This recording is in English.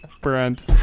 brand